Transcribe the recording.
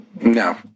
No